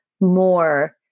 more